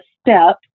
step